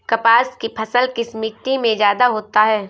कपास की फसल किस मिट्टी में ज्यादा होता है?